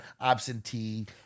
absentee